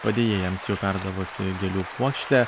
padėjėjams jau perdavusi gėlių puokštę